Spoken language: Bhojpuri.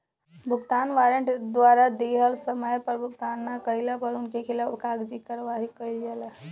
भुगतान वारंट द्वारा दिहल समय पअ भुगतान ना कइला पअ उनकी खिलाफ़ कागजी कार्यवाही कईल जाला